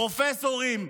פרופסורים.